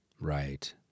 Right